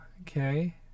Okay